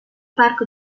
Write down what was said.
parco